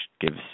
gives